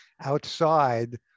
outside